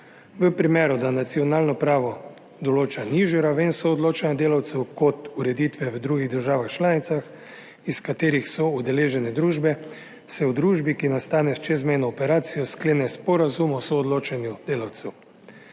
V primeru, da nacionalno pravo določa nižjo raven soodločanja delavcev kot ureditve v drugih državah članicah, iz katerih so udeležene družbe, se v družbi, ki nastane s čezmejno operacijo, sklene sporazum o soodločanju delavcev.